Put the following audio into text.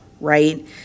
right